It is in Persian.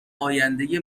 آینده